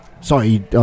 Sorry